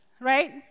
Right